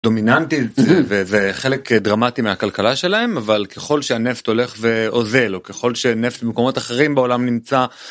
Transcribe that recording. דומיננטי וזה חלק דרמטי מהכלכלה שלהם אבל ככל שהנפט הולך ועוזר לו ככל שנפט במקומות אחרים בעולם נמצא בתוך מכונות תדלוק זה לא עושה אותו נקי יותר